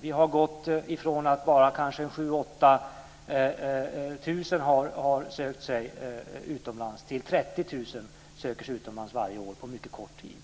Vi har gått från att bara kanske 7 000-8 000 har sökt sig utomlands till att 30 000 söker sig utomlands varje år på mycket kort tid.